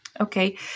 Okay